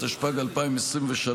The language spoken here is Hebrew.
התשפ"ג 2023,